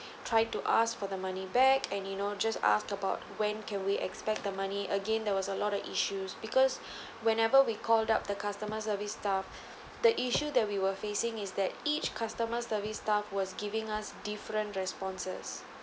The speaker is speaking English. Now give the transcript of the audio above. try to ask for the money back and you know just asked about when can we expect the money again there was a lot of issues because whenever we called up the customer service staff the issue that we were facing is that each customer service staff was giving us different responses